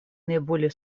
наиболее